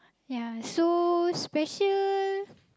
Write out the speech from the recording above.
ya so special